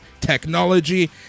technology